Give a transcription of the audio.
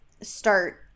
start